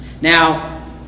Now